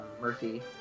Murphy